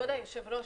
כבוד היושב-ראש,